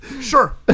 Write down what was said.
Sure